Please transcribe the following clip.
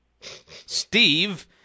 Steve